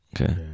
Okay